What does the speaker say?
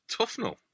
Tufnell